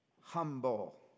Humble